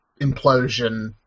implosion